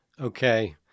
Okay